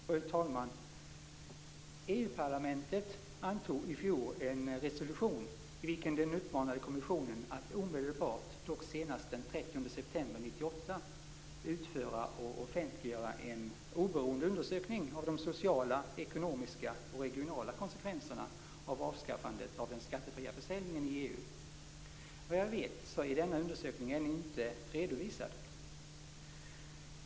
Fru talman! EU-parlamentet antog i fjol en resolution i vilken man uppmanade kommissionen att omedelbart, dock senast den 30 september 1998, utföra och offentliggöra en oberoende undersökning av de sociala, ekonomiska och regionala konsekvenserna av avskaffandet av den skattefria försäljningen i EU. Vad jag vet är denna undersökning ännu inte redovisad.